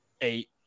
eight